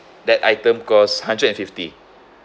that item costs hundred and fifty